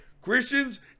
Christians